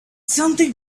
something